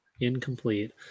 Incomplete